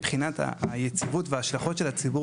מבחינת היציבות וההשלכות על הציבור,